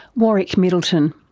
warwick middleton.